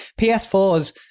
PS4s